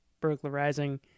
burglarizing